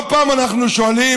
לא פעם אנחנו שואלים.